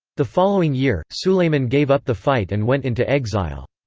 the following year, sulayman gave up the fight and went into exile.